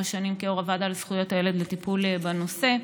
שנים כיו"ר הוועדה לזכויות הילד לטיפול בנושא.